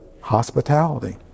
hospitality